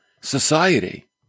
society